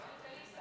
שואל את עליזה.